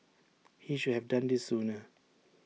he should have done this sooner